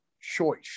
choice